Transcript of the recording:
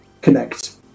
connect